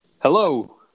hello